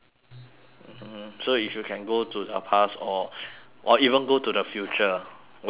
mmhmm so if you can go to the past or or even go to the future where would you go